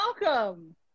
welcome